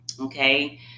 Okay